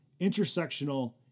intersectional